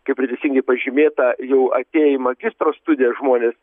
kaip ir teisingai pažymėta jau atėję į magistro studijas žmonės